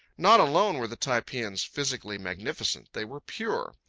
not alone were the typeans physically magnificent they were pure.